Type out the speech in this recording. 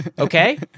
okay